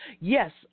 Yes